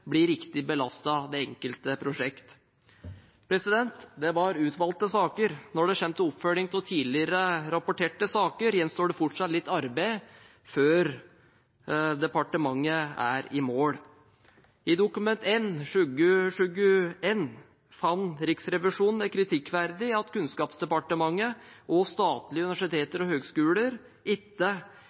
blir riktig belastet det enkelte prosjekt. Det var utvalgte saker. Når det gjelder oppfølging av tidligere rapporterte saker, gjenstår det fortsatt litt arbeid før departementet er i mål. I Dokument 1 for 2020–2021 fant Riksrevisjonen det kritikkverdig at Kunnskapsdepartementet og statlige universiteter og høyskoler ikke